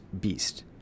beast